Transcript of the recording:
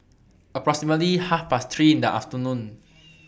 approximately Half Past three in The afternoon